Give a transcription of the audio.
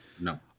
no